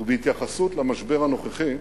ובהתייחסות למשבר הנוכחי,